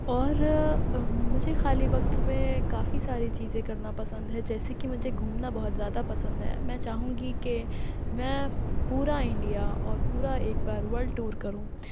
اور مجھے خالی وقت میں کافی ساری چیزیں کرنا پسند ہیں جیسے کہ مجھے گھومنا بہت زیادہ پسند ہے میں چاہوں گی کہ میں پورا انڈیا اور پورا ایک بار ولڈ ٹور کروں